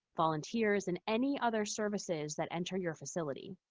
volunteers, and any other services that enter your facility.